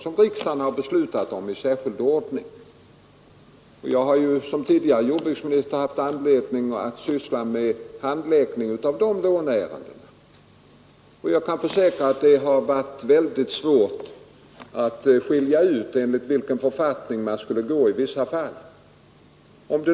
Detta har riksdagen beslutat om i särskild ordning. Som tidigare jordbruksminister har jag haft anledning att syssla med handläggningen av sådana ärenden, och jag kan försäkra att det i vissa fall tidigare har varit väldigt svårt att skilja ärendena enligt de olika författningarna.